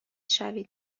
شوید